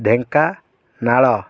Dhenkanal